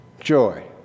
joy